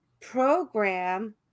program